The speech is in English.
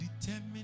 determined